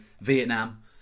Vietnam